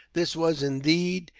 this was, indeed,